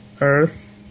Earth